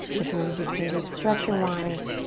if you were to just maybe stretch your mind,